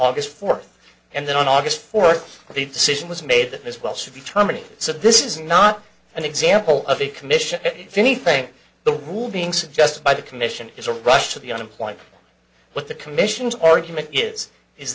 august fourth and then on august fourth the decision was made that is well should be terminated so this is not an example of a commission anything the rule being suggested by the commission is a rush to the unemployment what the commission's argument is is